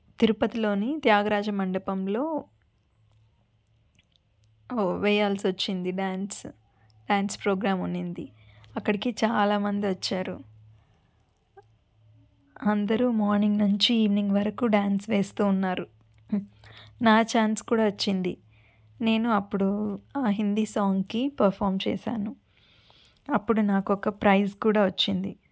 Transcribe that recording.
తిరుపతిలోని త్యాగరాజ మండపంలో వేయాల్సి వచ్చింది డ్యాన్స్ డ్యాన్స్ ప్రోగ్రాం ఉన్నింది అక్కడికి చాలామంది వచ్చారు అందరు మార్నింగ్ నుంచి ఈవినింగ్ వరకు డ్యాన్స్ వేస్తు ఉన్నారు నా ఛాన్స్ కూడా వచ్చింది నేను అప్పుడు ఆ హిందీ సాంగ్కి పర్ఫామ్ చేశాను అప్పుడు నాకు ఒక ప్రైజ్ కూడా వచ్చింది